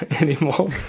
anymore